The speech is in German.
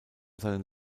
seine